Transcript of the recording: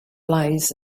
lies